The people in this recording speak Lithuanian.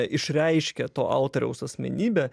išreiškia to altoriaus asmenybę